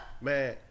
Man